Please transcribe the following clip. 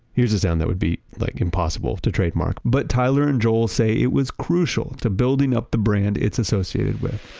here's a sound that would be like impossible to trademark, but tyler and joel say it was crucial to building up the brand it's associated with